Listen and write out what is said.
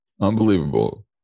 Unbelievable